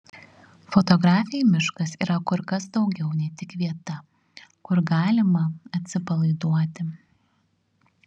fotografei miškas yra kur kas daugiau nei tik vieta kur galima atsipalaiduoti